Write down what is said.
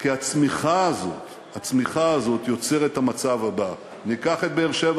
כי הצמיחה הזאת יוצרת את המצב הבא: ניקח את באר-שבע,